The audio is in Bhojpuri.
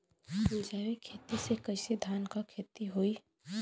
जैविक खेती से कईसे धान क खेती होई?